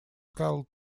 called